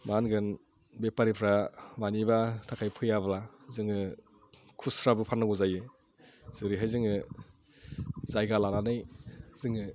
मा होनगोन बेफारिफ्रा मानिबा थाखाय फैयाब्ला जोङो खुस्राबो फाननांगौ जायो जेरैहाय जोङो जायगा लानानै जोङो